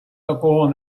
такого